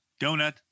Donut